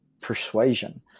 persuasion